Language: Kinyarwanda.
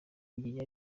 gihe